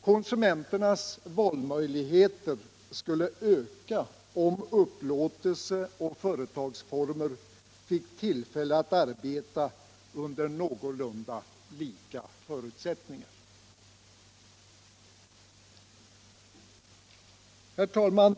Konsumenternas valmöjligheter skulle öka om upplåtelseoch företagsformer fick tillfälle att arbeta under någorlunda lika förutsättningar. Herr talman!